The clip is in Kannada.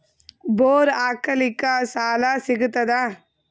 ಬೋರ್ ಹಾಕಲಿಕ್ಕ ಸಾಲ ಸಿಗತದ?